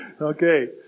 Okay